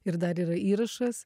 ir dar yra įrašas